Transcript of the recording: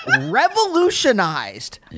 revolutionized